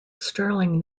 stirling